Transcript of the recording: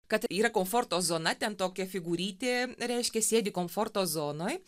kad yra komforto zona ten tokia figūrytė reiškia sėdi komforto zonoj